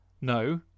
No